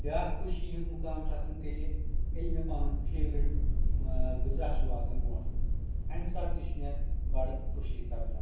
بِیَاکھ خوشی ہُنٛد مُقام چھُ آسَان تیٚلہِ ییٚلہِ مےٚ پَنُن فَیوٚرِٹ غٕذا چھُ واتَان برونٛٹھ کُن اَمہِ ساتہٕ تہِ چھُ مےٚ بڑٕ خوشی سَپدان